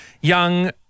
young